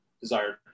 desired